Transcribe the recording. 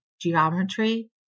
Geometry